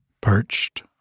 perched